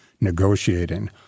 negotiating